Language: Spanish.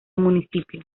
municipio